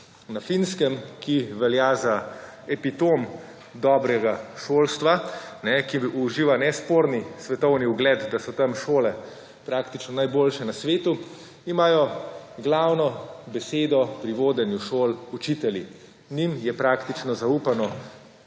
Na Finskem, ki velja za epitom dobrega šolstva, ki uživa nesporni svetovni ugled, da so tam šole praktično najboljše na svetu, imajo glavno besedo pri vodenju šol učitelji. Njim je praktično zaupano